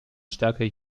stärker